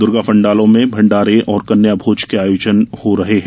दुर्गा पंडालों में भंडारे और कन्या भोज के आयोजन हो रहे है